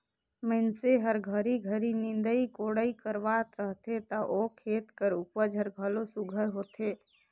मइनसे हर घरी घरी निंदई कोड़ई करवात रहथे ता ओ खेत कर उपज हर घलो सुग्घर होथे